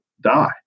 die